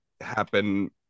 happen